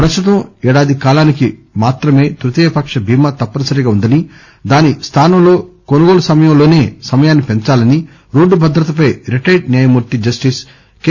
ప్రస్తుతం ఏడాది కాలానికి మాత్రమే తృతీయ పక్ష బీమా తప్పనిసరిగా ఉందని దాని స్థానంలో కొనుగోలు సమయంలోనే సమయాన్ని పెంచాలని రోడ్డు భద్రత పై రిటైర్డ్ న్యాయమూర్తి జస్టిస్ కె